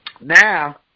Now